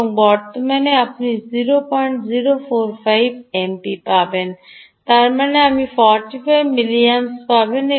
এবং বর্তমান আপনি 0045 এমপি পাবেন তার মানে আপনি 45 মিলিঅ্যাম্পস পাবেন